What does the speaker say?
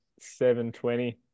720